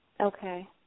Okay